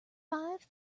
five